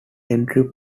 entry